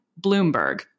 Bloomberg